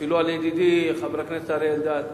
אפילו על ידידי חבר הכנסת אריה אלדד.